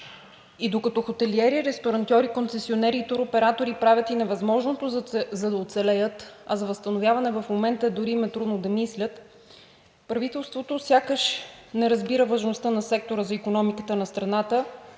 И докато хотелиери, ресторантьори, концесионери и туроператори правят и невъзможното, за да оцелеят, а за възстановяване в момента дори им е трудно да мислят, правителството сякаш не разбира важността на сектора за икономиката на страната.